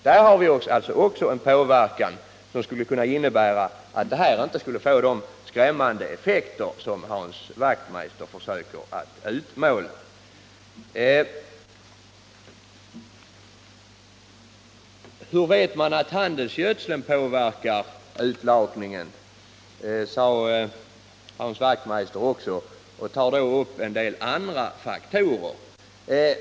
Där har vi alltså också en påverkan som skulle kunna innebära att skördeminskningen inte skulle få de skrämmande effekter som Hans Wachtmeister försöker utmåla. Hur vet man att gödslingen påverkar utlakningen, frågade vidare Hans Wachtmeister och tog därvid upp en del andra faktorer.